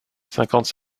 cinquante